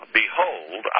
behold